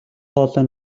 хоолой